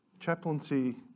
Chaplaincy